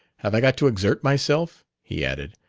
have i got to exert myself, he added,